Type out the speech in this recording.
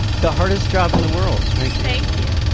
the hardest job in the world. thank you. thank you.